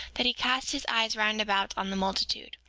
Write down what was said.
that he cast his eyes round about on the multitude,